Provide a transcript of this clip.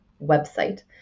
website